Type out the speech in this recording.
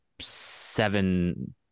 seven